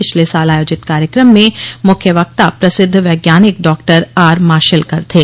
पिछले साल आयोजित कार्यक्रम में मुख्य वक्ता प्रसिद्ध वैज्ञानिक डॉआरमाशेलकर थे